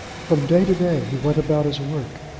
from day to day he went about his work,